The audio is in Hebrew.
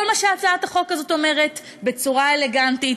כל מה שהצעת החוק הזאת אומרת בצורה אלגנטית,